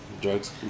drugs